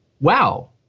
Wow